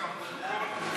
גם בפרוטוקול,